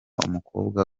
umukobwa